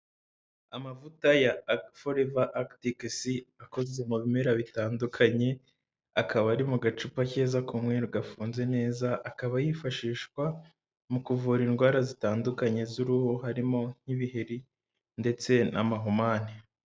Amavuta ya Foreva Agitike Si, akoze mu bimera bitandukanye, akaba ari mu gacupa keza k'umwerugafunze neza akaba yifashishwa mu kuvura indwara zitandukanye z'uruhu harimo nk'ibiheri ndetse n'amahumane.